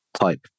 type